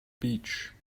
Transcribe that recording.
beach